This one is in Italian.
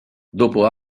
dopo